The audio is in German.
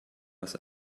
was